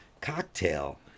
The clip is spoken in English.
cocktail